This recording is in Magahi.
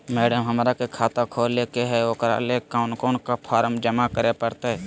मैडम, हमरा के खाता खोले के है उकरा ले कौन कौन फारम जमा करे परते?